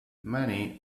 many